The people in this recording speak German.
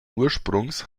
ursprungs